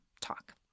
talk